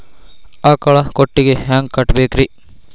ಆಕಳ ಕೊಟ್ಟಿಗಿ ಹ್ಯಾಂಗ್ ಕಟ್ಟಬೇಕ್ರಿ?